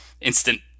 instant